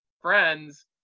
friends